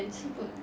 so good